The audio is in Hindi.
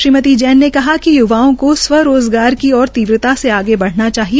श्रीमती जैन ने कहा कि य्वाओं को स्वरोज़गार की ओर तीव्रता से आगे बढ़ना चाहिए